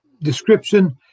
description